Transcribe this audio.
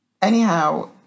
Anyhow